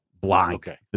Blind